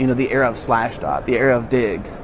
you know the era of slashdot, the era of dig,